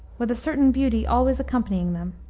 with a certain beauty always accompanying them.